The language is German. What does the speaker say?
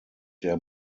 der